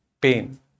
pain